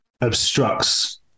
obstructs